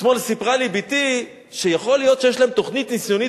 אתמול סיפרה לי בתי שיכול להיות שיש להם תוכנית ניסיונית